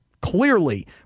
clearly